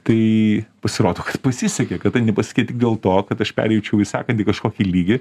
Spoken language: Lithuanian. tai pasirodo pasisekė kad tai nepasisekė tik dėl to kad aš pereičiau į sekantį kažkokį lygį